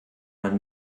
man